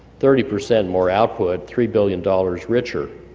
thirty percent more output, three billion dollars richer.